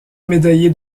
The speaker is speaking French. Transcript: médaillé